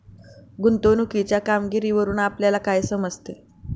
गुंतवणुकीच्या कामगिरीवरून आपल्याला काय समजते?